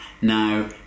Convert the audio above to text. now